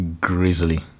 grisly